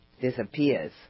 disappears